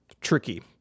tricky